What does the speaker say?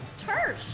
Tersh